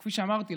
וכפי שאמרתי,